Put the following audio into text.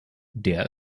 der